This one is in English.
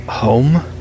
home